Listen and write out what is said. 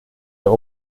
der